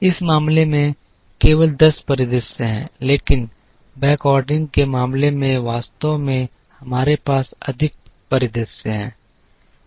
इस मामले में केवल दस परिदृश्य हैं लेकिन बैकऑर्डरिंग के मामले में वास्तव में हमारे पास अधिक परिदृश्य हैं